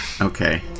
Okay